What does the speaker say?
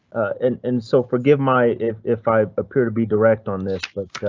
and and so forgive my if if i appear to be direct on this, but.